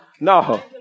no